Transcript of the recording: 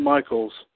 Michaels